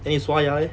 then 你刷牙 leh